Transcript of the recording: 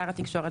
שר התקשורת,